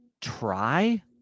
try